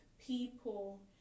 people